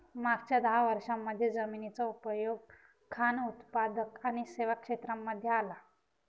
मागच्या दहा वर्षांमध्ये जमिनीचा उपयोग खान उत्पादक आणि सेवा क्षेत्रांमध्ये आला